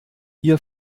ihr